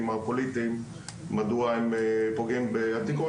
או הפוליטיים מדוע הם פוגעים בעתיקות.